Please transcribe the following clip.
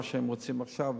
מה שהם רוצים עכשיו,